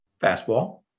Fastball